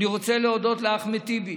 אני רוצה להודות לאחמד טיבי,